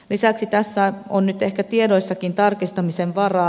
lisäksi tässä on nyt ehkä tiedoissakin tarkistamisen varaa